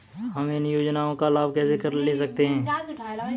हम इन योजनाओं का लाभ कैसे ले सकते हैं?